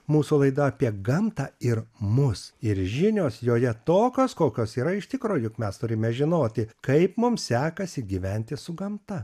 mūsų laida apie gamtą ir mus ir žinios joje tokios kokios yra iš tikro juk mes turime žinoti kaip mums sekasi gyventi su gamta